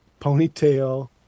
ponytail